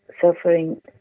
Suffering